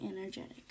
energetic